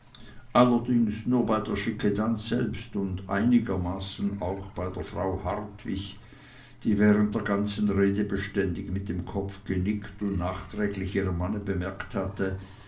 allerdings nur bei der schickedanz selbst und einigermaßen auch bei der frau hartwig die während der ganzen rede beständig mit dem kopf genickt und nachträglich ihrem manne bemerkt hatte